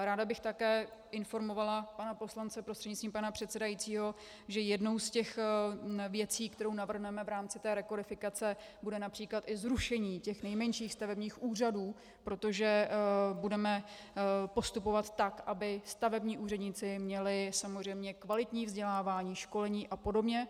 Ráda bych také informovala pana poslance prostřednictvím pana předsedajícího, že jednou z těch věcí, kterou navrhneme v rámci té rekodifikace, bude např. i zrušení těch nejmenších stavebních úřadů, protože budeme postupovat tak, aby stavební úředníci měli samozřejmě kvalitní vzdělávání, školení apod.